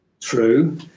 true